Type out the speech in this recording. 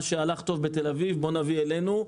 מה שהלך טוב בתל-אביב, בוא נביא אלינו.